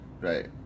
Right